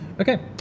okay